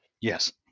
yes